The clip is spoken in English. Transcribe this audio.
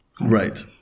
Right